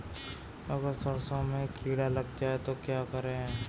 अगर सरसों में कीड़ा लग जाए तो क्या करें?